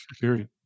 period